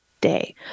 day